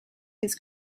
his